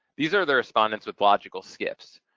these are the respondents with logical skips.